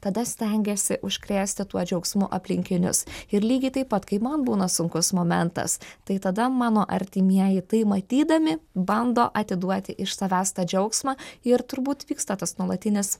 tada stengiesi užkrėsti tuo džiaugsmu aplinkinius ir lygiai taip pat kai man būna sunkus momentas tai tada mano artimieji tai matydami bando atiduoti iš savęs tą džiaugsmą ir turbūt vyksta tas nuolatinis